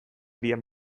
dien